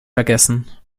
vergessen